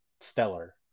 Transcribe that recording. stellar